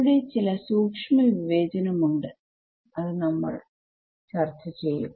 അവിടെ ചില സൂക്ഷ്മവിവേചനം ഉണ്ട് നമ്മൾ അത് ചർച്ച ചെയ്യും